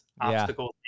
obstacles